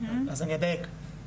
אז אני אדייק,